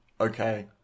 okay